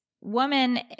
woman